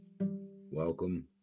Welcome